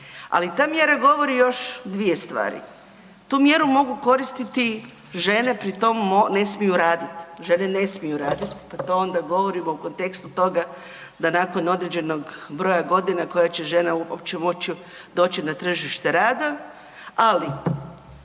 Ali ta mjera govori još dvije stvari. Tu mjeru mogu koristi žene pri tom ne smiju raditi, žene ne smiju raditi pa to onda govorimo u kontekstu toga da nakon određenog broja godina koja će žena uopće moći doći na tržište rada, ali